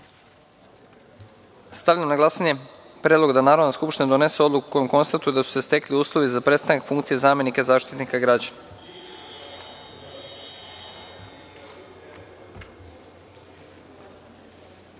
na glasanje Predlog da Narodna skupština donese odluku kojom konstatuje da su se stekli uslovi za prestanak funkcije zamenika Zaštitnika građana. Molim